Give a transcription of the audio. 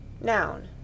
Noun